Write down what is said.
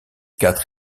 quatre